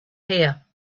here